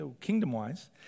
kingdom-wise